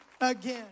again